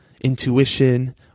intuition